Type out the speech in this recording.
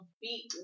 beat